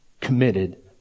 committed